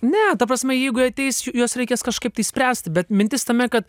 ne ta prasme jeigu jie ateis juos reikės kažkaip tai spręst bet mintis tame kad